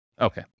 Okay